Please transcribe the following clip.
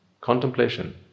contemplation